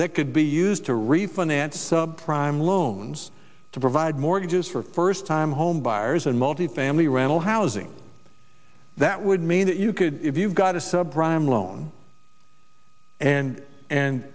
that could be used to refinance sub prime loans to provide mortgages for first time homebuyers and multifamily rental housing that would mean that you could if you've got a sub prime loan and and